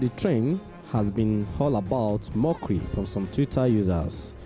trend has been all about mockery from some twitter users,